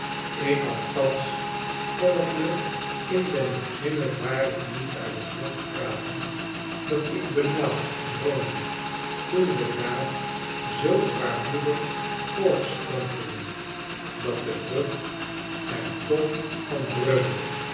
ik althans kon t me in den beginne waarlijk niet uit t hoofd praten dat ik benauwd droomde toen we daar zoo zwaarmoedig voortstrompelden dat de brug er dof van dreunde